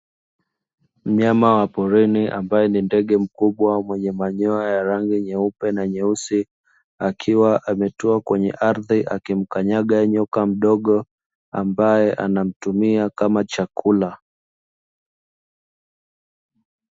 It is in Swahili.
Mnyama wa porini ambaye ni ndege mkubwa mwenye manyoya ya rangi nyeupe na nyeusi, akiwa ametua kwenye ardhi akimkanyaga nyoka mdogo ambaye anamtumia kama chakula.